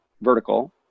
vertical